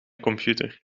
computer